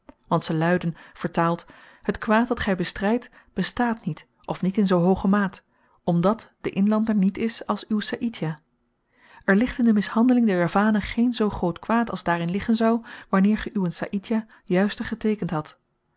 want ze luiden vertaald het kwaad dat gy bestrydt bestaat niet of niet in zoo hooge maat omdat de inlander niet is als uw saïdjah er ligt in de mishandeling der javanen geen zoo groot kwaad als daarin liggen zou wanneer ge uwen saïdjah juister geteekend hadt